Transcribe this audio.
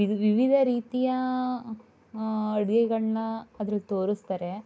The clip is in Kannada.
ವಿ ವಿವಿಧ ರೀತಿಯ ಅಡುಗೆಗಳನ್ನ ಅದ್ರಲ್ಲಿ ತೋರಿಸ್ತಾರೆ